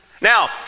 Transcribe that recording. now